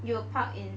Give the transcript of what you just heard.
you will park in